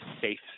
safe